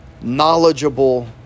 knowledgeable